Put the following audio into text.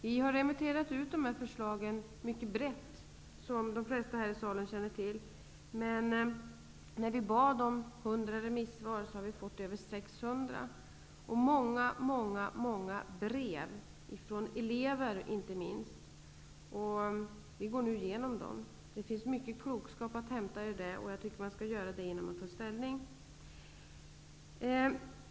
Förslagen har gått ut på en bred remiss, som de flesta här i salen känner till. När vi bad om 100 remissvar fick vi över 600. Vi har fått många brev, inte minst från elever, och vi går nu igenom dem. Det finns mycket klokskap att hämta där, och jag tycker att man skall göra det innan man tar ställning.